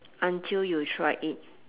until you tried it